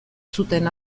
zuten